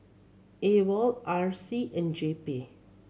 AWOL R C and J P